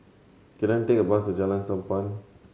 can I take a bus to Jalan Sappan